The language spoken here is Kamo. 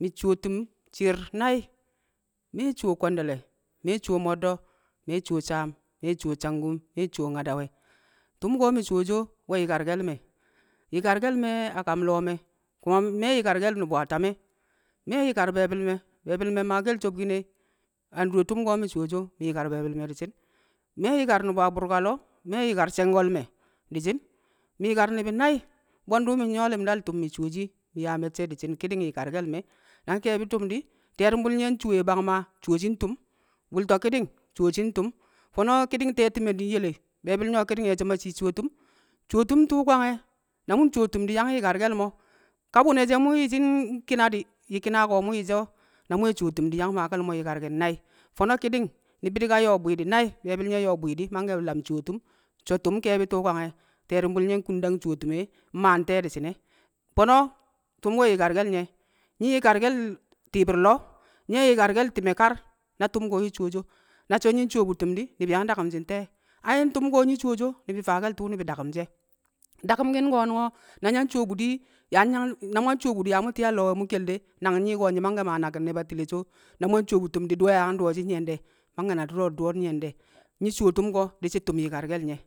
mi̱ cuwo shi̱i̱r nai̱, me̱ cuwo kwe̱nde̱le̱ me̱ cuwo mo̱ddo̱, me̱ cuwo saam, me̱w cuwo cangkum, mi̱ we̱ cuwo nyadawe̱. Tṵm ko̱ mi̱ cuwoshi o̱ we̱ yi̱karke̱le̱ me̱, yi̱karke̱l me̱. tu̱m ko̱ mi̱ cuwo so, we̱ yi̱karke̱l nṵba tame̱, me̱ yi̱kar be̱e̱bi̱l me̱, be̱e̱bi̱l me̱ maake̱l sobkin e, a ndure tu̱m ko̱ mi̱ yi̱kar be̱bi̱l me̱ di̱ nshi̱n. Me̱ yi̱kar ni̱bi̱ a bṵrka lo̱o̱, me̱ yi̱kar she̱ngo̱l me̱ di̱ shi̱n, me̱ yi̱kar ni̱bi̱ nai̱ mbwe̱ndi̱ mi̱ nyu̱wo̱ li̱mal cuwo tṵm e̱, mi̱ nyaa me̱cce̱ di̱shi̱n ki̱di̱ng yi̱karke̱l me̱. Nang nke̱e̱bi̱ tṵm di̱ ti̱ye̱rṵmbṵl nye̱ ncuwe bang Maa ncuwe ntṵm, bṵlto̱ ki̱ni̱ng nyi̱ cuwoshi ntṵm. Fo̱no̱ ki̱ni̱ng te̱ti̱me̱ di̱ nyele Be̱e̱bi̱l nye̱ ki̱ni̱ng e̱ so̱ ma shii cuwo tṵm, cuwo tṵm ntṵṵ kwange̱, na mṵ ncuwo tṵm di̱ yang yi̱karke̱l mo̱ ka bṵne̱ she̱ mṵ yi̱shi̱ nki̱na di̱, ki̱na ko̱ mu̱ yi̱shi̱ o̱, na mu̱ cuwo tṵm ko̱ yang nyi̱karke̱l mo̱ nai̱, fo̱no̱ ki̱di̱ng be̱bi̱l nye̱ di̱ ka nyo̱o̱ bwi̱i̱di̱ nai̱, be̱bi̱l nye̱ nyo̱o̱ bwi̱i̱di̱ so̱ tṵm nke̱e̱bi̱ tṵṵ kwange̱ ti̱ye̱rṵmbṵl nye̱, nkunung dang cuwo̱ tṵm e̱ mmaa nte̱e̱ di̱shi̱n e̱. Fo̱no̱ tṵm we̱ yi̱karke̱le̱ nye̱ yi̱kar ti̱i̱bi̱r lo̱o̱, nye̱ yi̱kar ti̱me̱ kar na tṵm ko̱ nyi̱ cuwo tu̱m na so̱ nyi̱ ncuwo bṵ tṵm di̱ ni̱bi̱ yang dakṵmshi̱ nte̱e̱? ai̱ ntṵm ko̱ nyi̱ cuwoshi o ni̱bi̱ faake̱l tu̱u̱ ni̱bi̱ dakṵmshi̱ e̱, daku̱mki̱n ko̱nu̱ngo̱ na ya ncuwo bṵ di̱, yaa nyi̱ yang, na mu̱ an cuwo bu̱ di̱, yaa mṵ ti̱i̱ a nlo̱o̱ we̱ mṵ kel de? Nang nyi̱i̱ ko̱ nyi̱ mangke̱ naki̱n ne̱ battile so̱ na mṵ ncuwo bṵ di̱ di̱ we̱ yaa yang dṵwo̱shi̱ nyi̱ye̱n de̱? Nyi̱ cuwo tṵm ko̱ di̱shi̱ yi̱karke̱l nye̱.